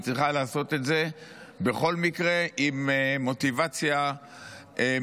והיא צריכה לעשות את זה בכל מקרה עם מוטיבציה מלאה,